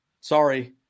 Sorry